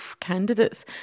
candidates